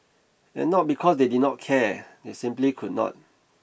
and not because they did not care they simply could not